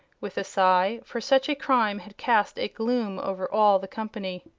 with a sigh, for such a crime had cast a gloom over all the company.